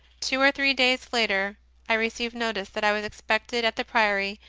two or three days later i received notice that i was expected at the priory,